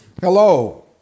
Hello